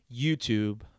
YouTube